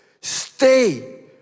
Stay